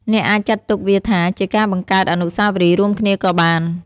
អ្នកអាចចាត់ទុកវាថា ជាការបង្កើតអនុស្សាវរីយ៍រួមគ្នាក៏បាន។